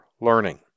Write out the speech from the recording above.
learning